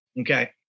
Okay